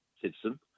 citizen